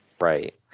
right